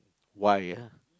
why ah